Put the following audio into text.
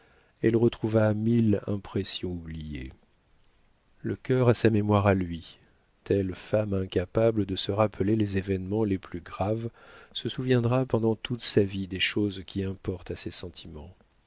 elle retrouva mille impressions oubliées le cœur a sa mémoire à lui telle femme incapable de se rappeler les événements les plus graves se souviendra pendant toute sa vie des choses qui importent à ses sentiments